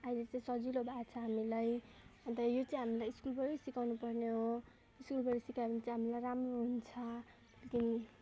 अहिले चाहिँ सजिलो भएछ हामीलाई अन्त यो चाहिँ हामीलाई स्कुलबाटै सिकाउनु पर्ने हो स्कुलबाट सिकायो भने चाहिँ हामीलाई राम्रो हुन्छ लेकिन